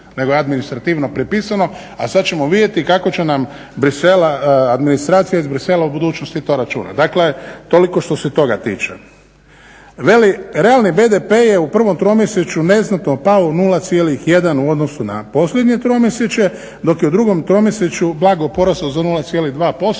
nego je administrativno prepisano. A sad ćemo vidjeti kako će nam administracija iz Bruxellesa u budućnosti to računati. Dakle, toliko što se toga tiče. Veli, realni BDP je u prvom tromjesečju neznatno pao 0,1 u odnosu na posljednje tromjesečje dok je u drugom tromjesečju blago porastao za 0,2%.